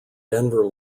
denver